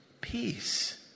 Peace